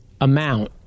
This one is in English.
amount